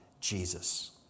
Jesus